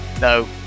no